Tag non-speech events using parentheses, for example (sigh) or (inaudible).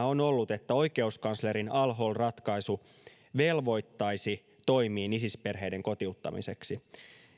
(unintelligible) on ollut että oikeuskanslerin al hol ratkaisu velvoittaisi toimiin isis perheiden kotiuttamiseksi